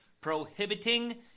prohibiting